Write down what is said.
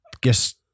Guess